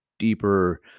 Deeper